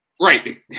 Right